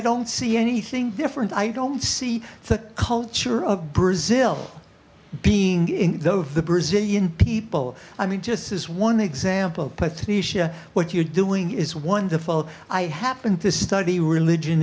don't see anything different i don't see the culture of brazil being in though the brazilian people i mean just as one example for tunisia what you're doing is wonderful i happen to study religion